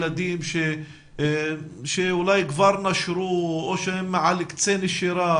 ילדים שאולי כבר נשרו או שהם על קצה נשירה,